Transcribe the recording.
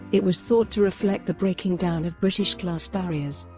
it was thought to reflect the breaking down of british class barriers.